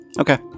Okay